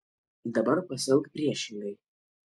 dabar pasielk priešingai